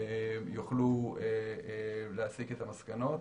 יוכלו להסיק את המסקנות.